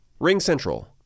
RingCentral